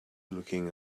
looking